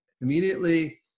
immediately